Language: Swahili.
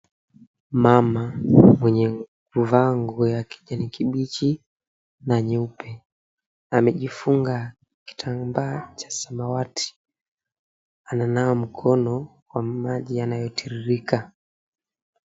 Mama mwenye kuvaa nguo ya kijani kibichi na nyeupe amejifunga kitambaa cha samawati, ananawa mikono kwa maji yanayotiririka.